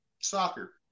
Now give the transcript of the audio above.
soccer